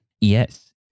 Yes